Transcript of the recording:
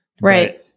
right